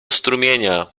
strumienia